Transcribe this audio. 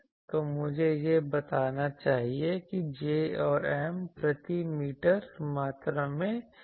तो मुझे यह बताना चाहिए कि J और M प्रति मीटर मात्रा में लीनियर डेंसिटी हैं